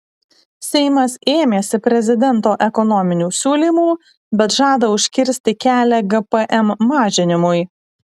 seimas ėmėsi prezidento ekonominių siūlymų bet žada užkirsti kelią gpm mažinimui